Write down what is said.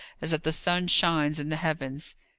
as that the sun shines in the heavens.